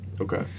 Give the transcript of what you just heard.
Okay